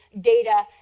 data